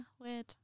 weird